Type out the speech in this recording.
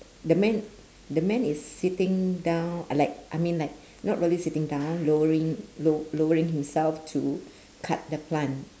the man the man is sitting down like I mean like not really sitting down lowering lo~ lowering himself to cut the plant